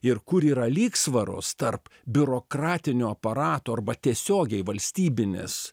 ir kur yra lygsvaros tarp biurokratinio aparato arba tiesiogiai valstybinės